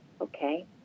okay